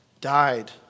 died